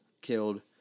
killed